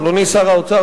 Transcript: אדוני שר האוצר,